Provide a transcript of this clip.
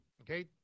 okay